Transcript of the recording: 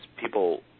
people